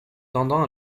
tendant